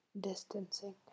distancing